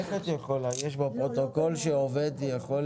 פה זה ישיבת הסתייגויות והצבעות.